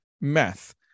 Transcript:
math